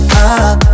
up